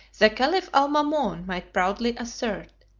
the caliph almamon might proudly assert,